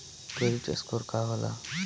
Credit score का होला?